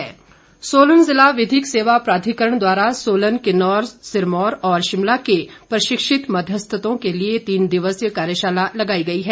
मध्यस्थता सोलन जिला विधिक सेवा प्राधिकरण द्वारा सोलन किन्नौर सिरमौर और शिमला के प्रशिक्षित मध्यस्थतों के लिए तीन दिवसीय कार्यशाला लगाई गई है